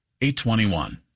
821